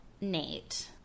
Nate